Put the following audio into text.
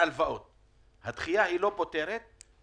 העלו באופן משמעותי את הריביות.